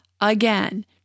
again